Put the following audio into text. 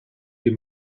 die